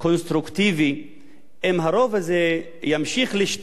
אם הרוב הזה ימשיך לשתוק אל מול התופעות האלה,